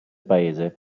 paese